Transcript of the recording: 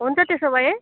हुन्छ त्यसो भए है